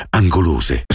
angolose